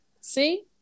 See